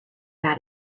about